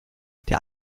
der